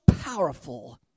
powerful